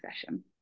session